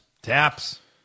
Taps